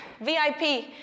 VIP